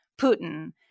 Putin